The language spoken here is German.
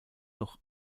noch